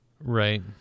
Right